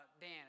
Dan